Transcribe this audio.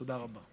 תודה רבה.